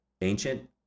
ancient